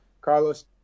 Carlos